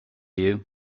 you